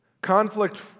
Conflict